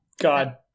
God